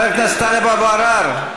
חבר הכנסת טלב אבו עראר,